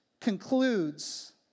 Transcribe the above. concludes